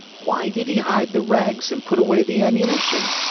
why did he hide the rags and put away the ammunition?